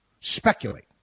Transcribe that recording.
speculate